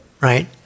right